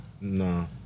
No